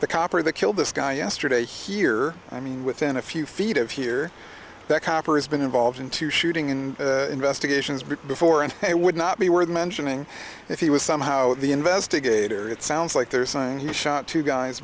the cop or the killed this guy yesterday here i mean within a few feet of here that copper has been involved in two shooting in investigations bit before and it would not be worth mentioning if he was somehow the investigator it sounds like they're saying he shot two guys